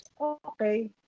okay